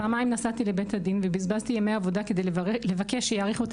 פעמיים נסעתי לבית הדין ובזבזתי ימי עבודה בשביל לבקש שיאריכו את